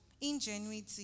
ingenuity